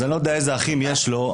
אז אני לא יודע איזה אחים יש לו,